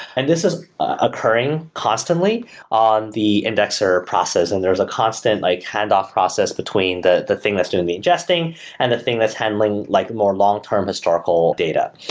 and this is occurring constantly on the indexer process and there's a constant like handoff process between the the thing that's doing the ingesting and the thing that's handling like more long term historical data.